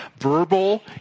verbal